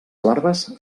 larves